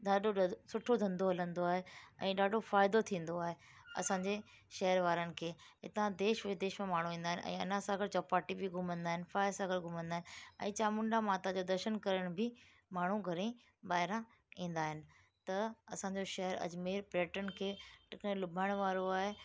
ॾाढो सुठो धंधो हलंदो आहे ऐं ॾाढो फ़ाइदो थींदो आहे असांजे शहर वारनि खे हितां देश विदेश मां माण्हू ईंदा आहिनि ऐं अनासागर चौपाटी बि घुमंदा आहिनि फायसर घुमंदा आहिनि ऐं चामुंडा माता जो दर्शन करण बि माण्हू घणेई ॿाहिरां ईंदा आहिनि त असांजो शहर अजमेर पर्यटन खे लुभाइणु वारो आहे